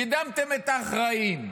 קידמתם את האחראים,